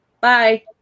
Bye